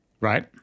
Right